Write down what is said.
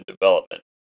development